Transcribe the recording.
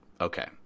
Okay